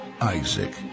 Isaac